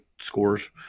scores